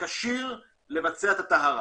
כשיר לבצע את הטהרה.